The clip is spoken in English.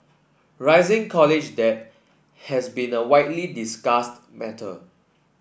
rising college debt has been a widely discussed matter